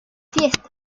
fiesta